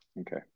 Okay